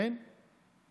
הכול עולה,